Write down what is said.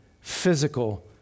physical